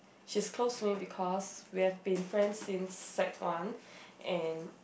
she's close to me because we have been friends since sec one and